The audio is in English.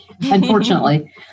Unfortunately